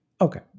Okay